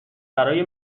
برای